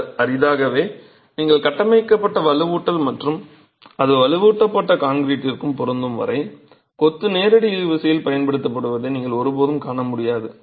இது அரிதாகவே நீங்கள் கட்டமைக்கப்பட்ட வலுவூட்டல் மற்றும் அது வலுவூட்டப்பட்ட கான்கிரீட்டிற்கும் பொருந்தும் வரை கொத்து நேரடி இழுவிசையில் பயன்படுத்தப்படுவதை நீங்கள் ஒருபோதும் காண முடியாது